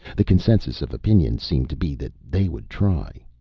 the consensus of opinion seemed to be that they would try.